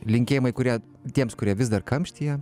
linkėjimai kurie tiems kurie vis dar kamštyje